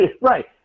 right